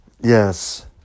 yes